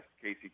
Casey